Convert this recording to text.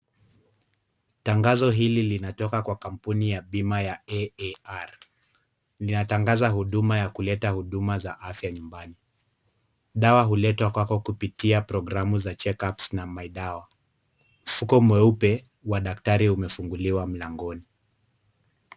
Tangazo hili linatoka katioka kampuni ya bima AAR. Linatangaza huduma ya kuleta huduma za afya nyumbani. Dawa huletwa kwako kupitia programu za CheckUps na MyDawa . Mfuko mweupe wa daktari umefunguliwa mlangoni.